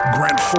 Grant